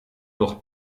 durch